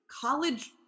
college